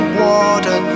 water